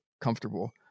comfortable